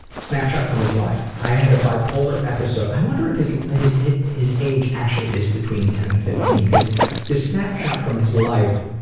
snapshot from his life i had a bipolar episode i wonder if his his age actually is between ten and fifteen because this snapshot from his life